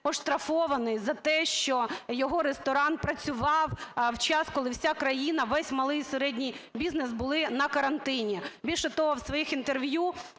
оштрафований за те, що його ресторан працював в час, коли вся країна, весь малий, середній бізнес були на карантині? Більше того, в своїх інтерв'ю